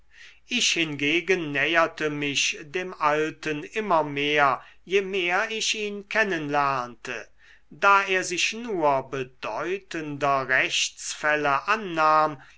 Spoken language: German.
ich hingegen näherte mich dem alten immer mehr je mehr ich ihn kennen lernte da er sich nur bedeutender rechtsfälle annahm